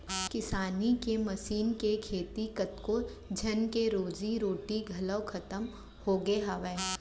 किसानी के मसीन के सेती कतको झन के रोजी रोटी घलौ खतम होगे हावय